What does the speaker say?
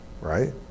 right